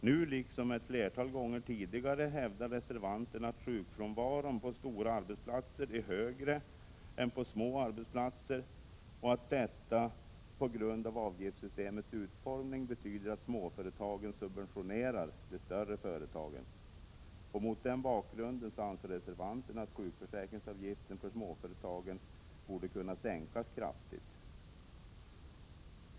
Nu, liksom ett flertal gånger tidigare, hävdar reservanterna att sjukfrånvaron på stora arbetsplatser är större än på små arbetsplatser och att detta på grund av avgiftssystemets utformning betyder att småföretagen subventionerar de större företagen. Mot den bakgrunden anser reservanterna att sjukförsäkringsavgiften för småföretagen borde kunna sänkas kraftigt.